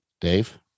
Dave